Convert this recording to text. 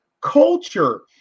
culture